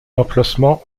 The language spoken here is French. emplacement